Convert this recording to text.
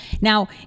Now